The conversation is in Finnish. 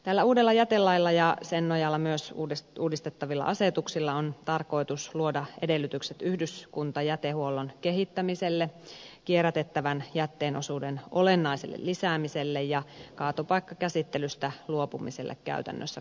tällä uudella jätelailla ja sen nojalla myös uudistettavilla asetuksilla on tarkoitus luoda edellytykset yhdyskuntajätehuollon kehittämiselle kierrätettävän jätteen osuuden olennaiselle lisäämiselle ja kaatopaikkakäsittelystä luopumiselle käytännössä kokonaan